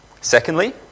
Secondly